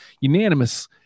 unanimous